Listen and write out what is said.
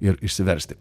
ir išsiversti